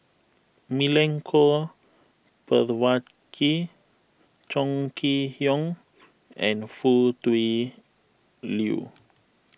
Milenko Prvacki Chong Kee Hiong and Foo Tui Liew